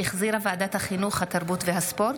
שהחזירה ועדת החינוך, התרבות והספורט,